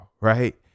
right